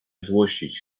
złościć